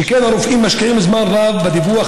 שכן הרופאים משקיעים זמן רב בדיווח